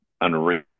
unreal